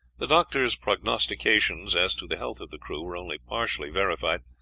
the doctor's prognostications as to the health of the crew were only partially verified,